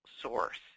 source